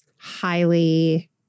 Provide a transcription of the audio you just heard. highly